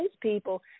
people